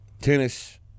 tennis